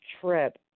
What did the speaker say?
trip